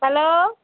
hello